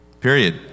period